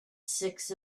six